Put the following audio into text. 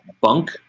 bunk